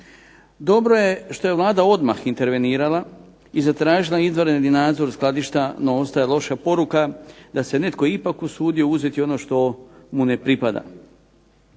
Dobro je što je Vlada odmah intervenirala i zatražila izvanredni nadzor skladišta, no ostaje loša poruka da se netko ipak usudio uzeti ono što mu ne pripada.